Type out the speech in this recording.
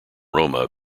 roma